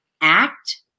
act